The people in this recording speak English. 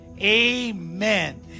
Amen